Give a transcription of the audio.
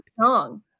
song